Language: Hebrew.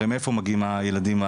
הרי מאיפה מגיעים הילדים,